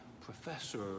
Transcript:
professor